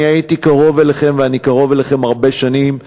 אני הייתי קרוב אליכם ואני קרוב אליכם הרבה שנים.